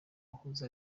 wahoze